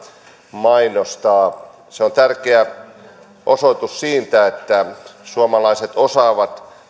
mainostaa se on tärkeä osoitus siitä että suomalaiset osaavat